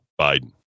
Biden